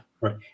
Right